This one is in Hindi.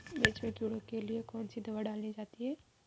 मिर्च में कीड़ों के लिए कौनसी दावा डाली जाती है?